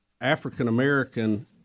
African-American